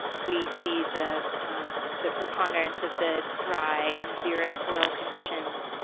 we see the the preponderance of the dry and xeric soil conditions